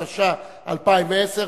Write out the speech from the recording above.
התשע"א 2010,